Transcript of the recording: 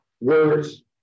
words